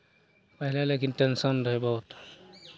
पहिले लेकिन टेन्शन रहै बहुत